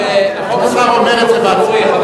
כבוד השר אומר את זה בעצמו.